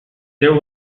there